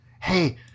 hey